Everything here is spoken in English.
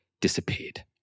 disappeared